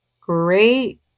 great